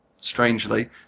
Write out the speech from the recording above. strangely